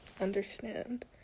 understand